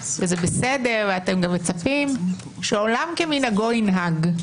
זה בסדר ואתם גם מצפים שעולם כמנהגו ינהג.